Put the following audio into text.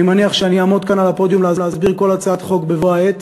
אני מניח שאני אעמוד כאן על הפודיום להסביר כל הצעת חוק בבוא העת,